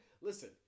listen